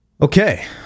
Okay